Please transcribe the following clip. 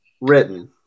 Written